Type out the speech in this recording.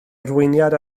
arweiniad